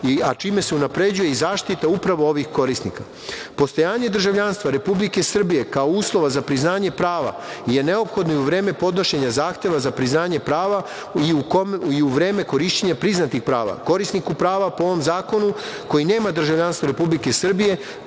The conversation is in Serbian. a čime se unapređuje i zaštita upravo ovih korisnika. Postojanje državljanstva Republike Srbije, kao uslova za priznanje prava je neophodno i u vreme podnošenja zahteva za priznanje prava i u vreme korišćenja priznatih prava, korisniku prava po ovom zakonu, koji nema državljanstvo Republike Srbije,